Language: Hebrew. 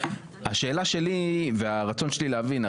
השאלה שלי והרצון שלי להבין,